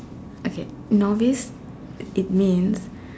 okay novice it means